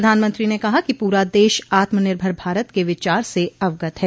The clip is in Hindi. प्रधानमंत्री ने कहा कि पूरा देश आत्म निर्भर भारत के विचार से अवगत है